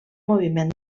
moviment